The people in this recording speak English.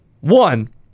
One